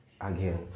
Again